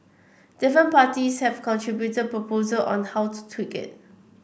different parties have contributed proposals on how to tweak it